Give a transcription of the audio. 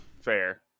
Fair